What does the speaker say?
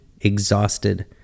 exhausted